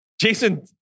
Jason